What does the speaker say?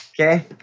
Okay